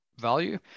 value